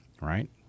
right